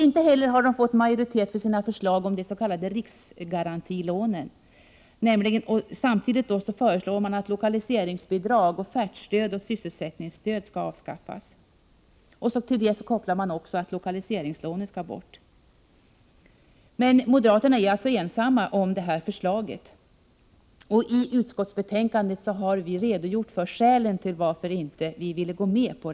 Inte heller har de fått majoritet för sina förslag om de s.k. riskgarantilånen och de förslag som de i det sammanhanget framfört om att lokaliseringsbidrag, offertstöd och sysselsättningsstöd skall avskaffas. Till detta kopplar de också att lokaliseringslånen skall bort. Moderaterna är alltså ensamma om dessa förslag. I ”utskottsbetänkandet har vi redogjort för skälen till att vi inte vill stödja dem.